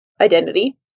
identity